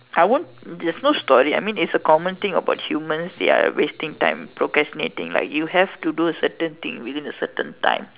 I won't there's no story I mean it's a common thing about humans they are wasting time procrastinating like you have to do a certain thing within a certain time